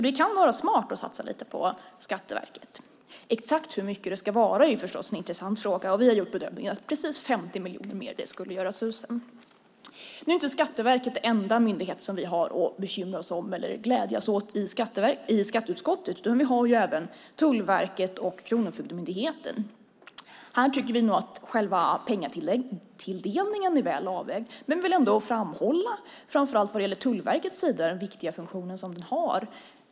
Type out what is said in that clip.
Det kan vara smart att satsa lite på Skatteverket. Exakt hur mycket det ska vara är förstås en intressant fråga. Vi har gjort bedömningen att precis 50 miljoner mer skulle göra susen. Nu är inte Skatteverket den enda myndighet som vi har att bekymra oss om eller glädjas åt i skatteutskottet. Vi har även Tullverket och Kronofogdemyndigheten. Där tycker vi att själva pengatilldelningen är väl avvägd, men vi vill ändå framhålla framför allt vad gäller Tullverket den viktiga funktion som man har.